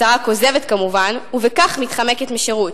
הצהרה כוזבת כמובן, ובכך מתחמקת משירות.